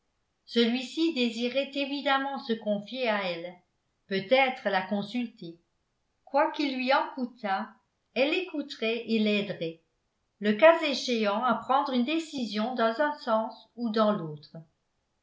celui-ci désirait évidemment se confier à elle peut-être la consulter quoiqu'il lui en coutât elle l'écouterait et l'aiderait le cas échéant à prendre une décision dans un sens ou dans l'autre